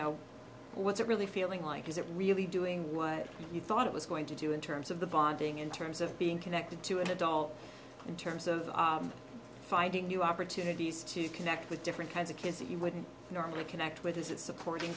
know what's it really feeling like is it really doing what you thought it was going to do in terms of the bonding in terms of being connected to an adult in terms of finding new opportunities to connect with different kinds of kids that you wouldn't normally connect with is it supporting